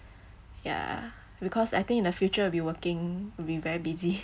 ya because I think in the future we'll be working will be very busy